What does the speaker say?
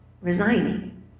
resigning